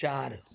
चारि